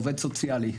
עובד סוציאלי,